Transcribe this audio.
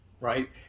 right